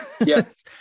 Yes